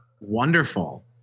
Wonderful